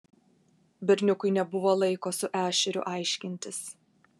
berniukui nebuvo laiko su ešeriu aiškintis